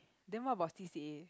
then what about C_C_A